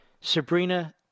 Sabrina